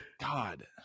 God